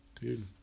dude